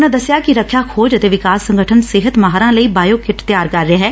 ਉਨ੍ਹਾਂ ਦਸਿਆ ਕਿ ਰੱਖਿਆ ਖੋਜ ਅਤੇ ਵਿਕਾਸ ਸੰਗਠਨ ਸਿਹਤ ਮਾਹਿਰਾਂ ਲਈ ਬਾਇਓ ਕਿੱਟ ਤਿਆਰ ਕਰ ਰਿਹੈ